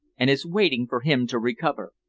and is waiting for him to recover.